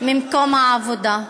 ממקום העבודה.